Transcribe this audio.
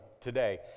today